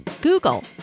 Google